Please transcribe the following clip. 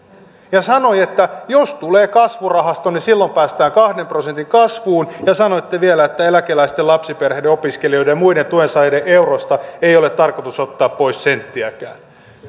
ja sanoi että jos tulee kasvurahasto niin silloin päästään kahden prosentin kasvuun ja sanoitte vielä että eläkeläisten lapsiperheiden opiskelijoiden ja muiden tuensaajien eurosta ei ole tarkoitus ottaa pois senttiäkään